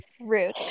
Rude